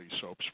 soaps